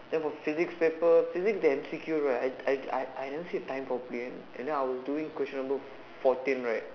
type of the physic paper physic they intrigued right I I I never see time properly correctly and then I will doing question number fourteen right